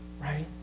right